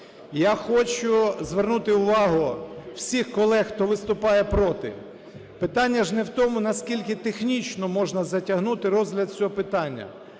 Я хочу звернути увагу всіх колег, хто виступає проти. Питання ж не в тому, наскільки технічно можна затягнути розгляд цього питання.